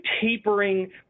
tapering